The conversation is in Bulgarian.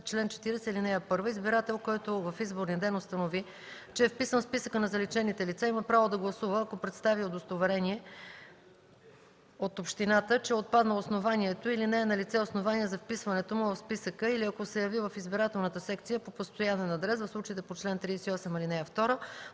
Чл. 40. (1) Избирател, който в изборния ден установи, че е вписан в списъка на заличените лица, има право да гласува, ако представи удостоверение от общината, че е отпаднало основанието или не е налице основание за вписването му в списъка или ако се яви в избирателната секция по постоянен адрес в случаите по чл. 38, ал. 2,